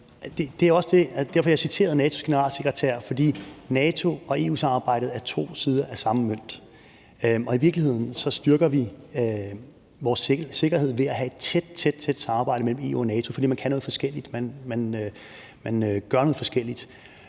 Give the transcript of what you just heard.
Det var også derfor, at jeg citerede NATO's generalsekretær. For NATO og EU-samarbejdet er to sider af samme mønt. Og i virkeligheden styrker vi vores sikkerhed ved at have et tæt, tæt samarbejde mellem EU og NATO, fordi man kan noget forskelligt. Man gør noget forskelligt.